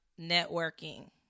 networking